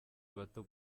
bato